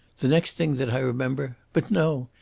the next thing that i remember but no!